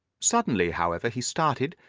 suddenly, however, he started,